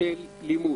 של לימוד.